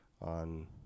on